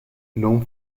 non